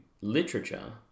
literature